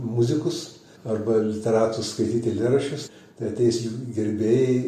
muzikus arba literatus skaityt eilėraščius tai ateis jų gerbėjai